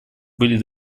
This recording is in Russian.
были